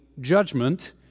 judgment